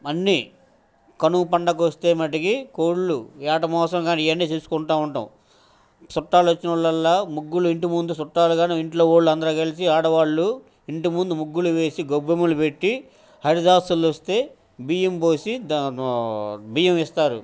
అన్నీ కనుమ పండగ వస్తే మటుకు కోళ్ళు వేట మాంసం గాని ఇవన్నీ చేసుకుంటూ ఉంటాం చుట్టాలు వచ్చిన వాళ్లల్ల ముగ్గులు ఇంటి ముందు చుట్టాలు గాని ఇంట్లో వాళ్ళు అందరు కలిసి ఆడవాళ్ళు ఇంటి ముందు ముగ్గులు వేసి గొబ్బెమ్మలు పెట్టి హరిదాసులు వస్తే బియ్యం పోసి ద బియ్యం ఇస్తారు